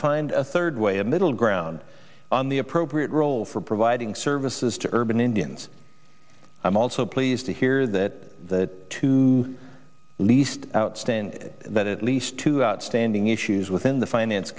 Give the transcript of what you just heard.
find a third way a middle ground on the appropriate role for providing services to urban indians i'm also pleased to hear that the two least outstanding that at least two outstanding issues within the finance